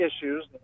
issues